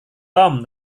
tom